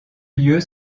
lieu